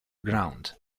ground